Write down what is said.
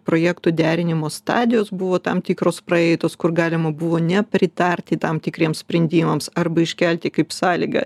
projektų derinimo stadijos buvo tam tikros praeitos kur galima buvo nepritarti tam tikriems sprendimams arba iškelti kaip sąlygą